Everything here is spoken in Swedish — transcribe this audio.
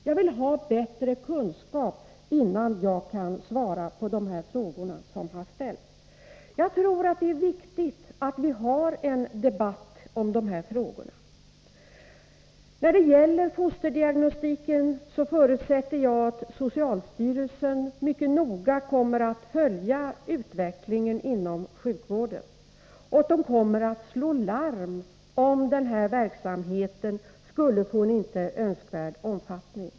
Jag vill ha bättre kunskap innan jag kan besvara de frågor som ställts. Men det är viktigt att vi för en debatt om dessa frågor. När det gäller fosterdiagnostiken förutsätter jag att socialstyrelsen mycket noga kommer att följa utvecklingen inom sjukvården och kommer att slå larm om verksamheten skulle få en inte önskvärd omfattning.